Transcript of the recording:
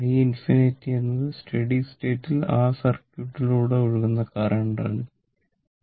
i∞ എന്നത് സ്റ്റഡി സ്റ്റേറ്റിൽ ആ സർക്യൂട്ടിലൂടെ ഒഴുകുന്ന കറന്റ് ആണ്